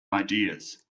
ideas